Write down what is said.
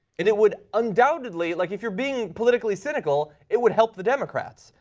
it it would undoubtedly like if you are being politically cynical, it would help the democrats.